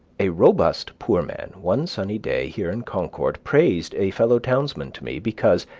a robust poor man, one sunny day here in concord, praised a fellow-townsman to me, because,